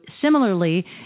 similarly